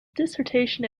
dissertation